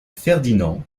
ferdinand